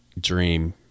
dream